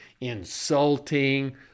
insulting